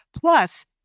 plus